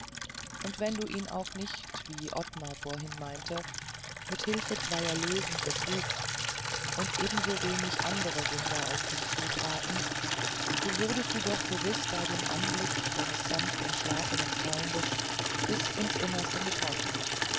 und wenn du ihn auch nicht wie ottmar vorhin meinte mit hilfe zweier löwen begrubst und ebensowenig andere wunder auf dich zutraten so wurdest du doch gewiß bei dem anblick deines sanft entschlafenen freundes bis ins innerste getroffen